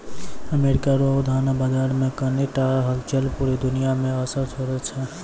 America रो धन बाजार मे कनी टा हलचल पूरा दुनिया मे असर छोड़ै छै